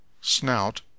snout